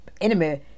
enemy